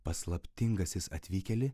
paslaptingasis atvykėli